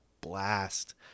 blast